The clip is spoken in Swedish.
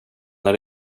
när